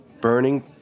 burning